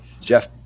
Jeff